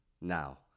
Now